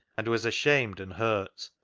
and was ashamed and hurt.